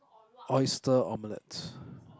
oyster omelette